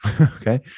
okay